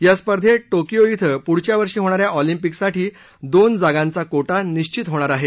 या स्पर्धेत टोकियो ििंग पुढच्या वर्षी होणा या ऑलिंपिक साठी दोन जागांचा कोटा निश्वित होणार आहे